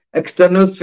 external